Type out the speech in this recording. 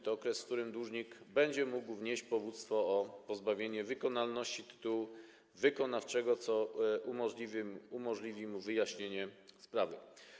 To okres, w którym dłużnik będzie mógł wnieść powództwo o pozbawienie wykonalności tytułu wykonawczego, co umożliwi mu wyjaśnienie sprawy.